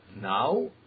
Now